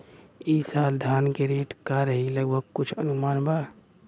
ई साल धान के रेट का रही लगभग कुछ अनुमान बा?